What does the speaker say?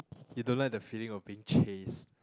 you don't like the feeling of being chased